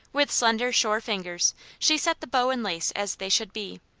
with slender, sure fingers she set the bow and lace as they should be,